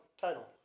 title